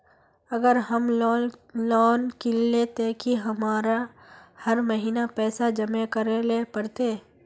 अगर हम लोन किनले ते की हमरा हर महीना पैसा जमा करे ले पड़ते?